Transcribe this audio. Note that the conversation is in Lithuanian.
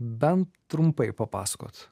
bent trumpai papasakot